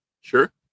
Sure